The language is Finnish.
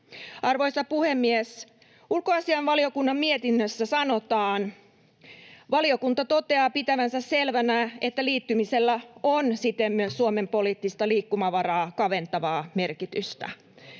Arvoisa puhemies! Ulkoasiainvaliokunnan mietinnössä sanotaan: ”Valiokunta toteaa pitävänsä selvänä, että liittymisellä on siten myös Suomen poliittista liikkumavaraa kaventavaa merkitystä.”